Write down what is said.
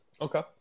Okay